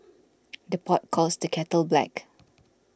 the pot calls the kettle black